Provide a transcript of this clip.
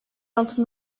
altı